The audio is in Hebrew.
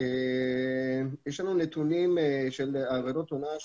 יש לנו נתונים לגבי עבירות הונאה.